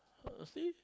ah see